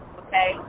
okay